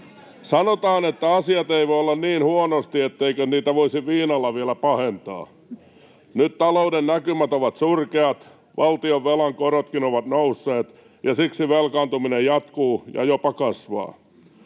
Sanotaan, että asiat eivät voi olla niin huonosti, etteikö niitä voisi viinalla vielä pahentaa. [Välihuuto vasemmalta] Nyt talouden näkymät ovat surkeat, valtionvelan korotkin ovat nousseet, ja siksi velkaantuminen jatkuu ja jopa kasvaa.